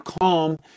calm